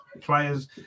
players